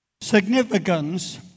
Significance